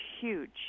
huge